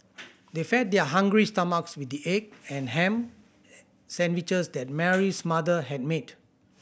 they fed their hungry stomachs with the egg and ham sandwiches that Mary's mother had made